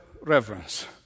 reverence